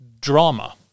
drama